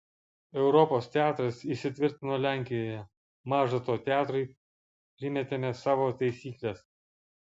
europos teatras įsitvirtino lenkijoje maža to teatrui primetėme savo taisykles